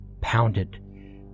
pounded